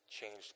changed